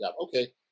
Okay